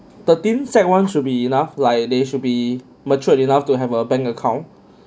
thirteen sec one should be enough like they should be matured enough to have a bank account